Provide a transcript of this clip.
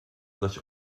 dać